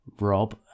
rob